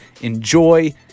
Enjoy